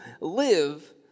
live